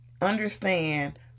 understand